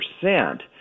percent